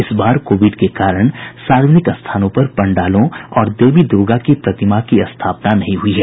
इस बार कोविड के कारण सार्वजनिक स्थानों पर पंडालों और देवी दुर्गा की प्रतिमा की स्थापना नहीं हुई है